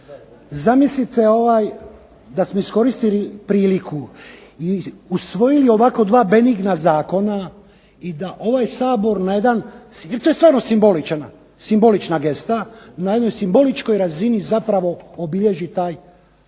Zamislite ovaj, da smo iskoristili priliku i usvojili ovako dva benigna zakona, i da ovaj Sabor na jedan, jer to je stvarno simbolična gesta, na jednoj simboličkoj razini zapravo obilježiti taj